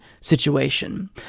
situation